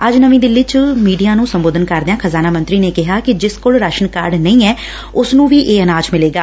ਅੱਜ ਨਵੀਂ ਦਿੱਲੀ ਚ ਮੀਡੀਆ ਨੂੰ ਸੰਬੋਧਨ ਕਰਦਿਆਂ ਖ਼ਜ਼ਾਨਾ ਮੰਤਰੀ ਨੇ ਕਿਹਾ ਕਿ ਜਿਸ ਕੋਲ ਰਾਸਨ ਕਾਰਡ ਨਹੀਂ ਐ ਉਸ ਨੂੰ ਵੀ ਇਹ ਅਨਾਜ ਮਿਲੇਗਾ